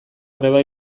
greba